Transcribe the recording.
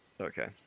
Okay